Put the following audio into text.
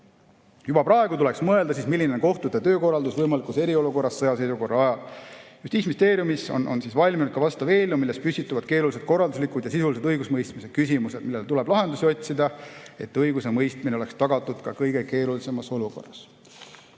Juba praegu tuleks mõelda, milline on kohtute töökorraldus võimalikus eriolukorras või sõjaseisukorra ajal. Justiitsministeeriumis on valminud ka eelnõu, milles püstituvad keerulised korralduslikud ja sisulised õigusemõistmise küsimused, millele tuleb lahendusi otsida, et õigusemõistmine oleks tagatud ka kõige keerulisemas olukorras.